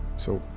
so,